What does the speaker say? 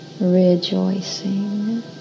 rejoicing